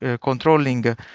controlling